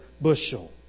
bushel